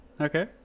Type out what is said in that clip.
Okay